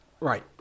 Right